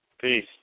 Peace